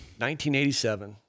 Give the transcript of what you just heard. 1987